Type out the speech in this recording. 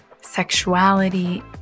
sexuality